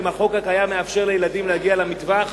החוק הקיים מאפשר לילדים להגיע למטווח